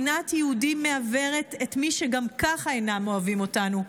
שנאת יהודים מעוורת את מי שגם ככה אינם אוהבים אותנו,